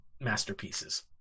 masterpieces